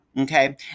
okay